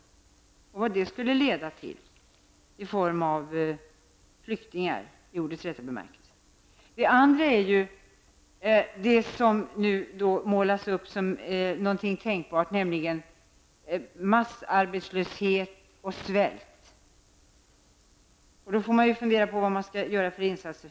Sedan gäller det då vad detta skulle kunna leda till i form av flyktingar i ordets rätta bemärkelse. För det andra målas en annan sak upp som någonting tänkbart, nämligen massarbetslöshet och svält. Då får man fundera över insatser i det sammanhanget.